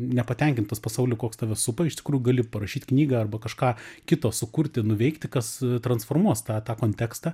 nepatenkintas pasauliu koks tave supa iš tikrų gali parašyt knygą arba kažką kito sukurti nuveikti kas transformuos tą tą kontekstą